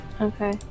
Okay